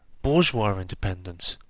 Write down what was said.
bourgeois independence,